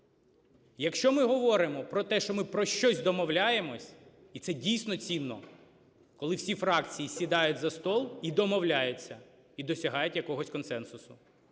Якщо ми говоримо про те, що ми про щось домовляємось і це дійсно цінно, коли всі фракції сідають за стіл і домовляються, і досягають якогось консенсусу.